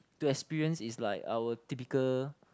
to experience is like our typical